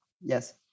Yes